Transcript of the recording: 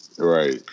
right